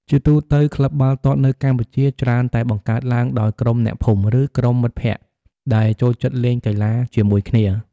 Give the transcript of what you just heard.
ជាទូទៅ ក្លឹបបាល់ទាត់នៅកម្ពុជា ច្រើនតែបង្កើតឡើងដោយក្រុមអ្នកភូមិ ឬក្រុមមិត្តភក្តិដែលចូលចិត្តលេងកីឡាជាមួយគ្នា។